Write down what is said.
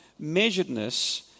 measuredness